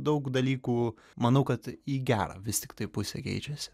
daug dalykų manau kad į gerą vis tiktai pusę keičiasi